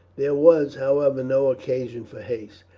there was, however, no occasion for haste.